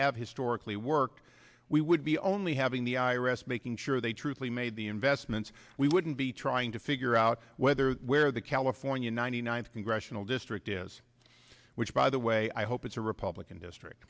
have historically work we would be only having the i r s making sure they truly made the investments we wouldn't be trying to figure out whether where the california ninety ninth congressional district is which by the way i hope it's a republican district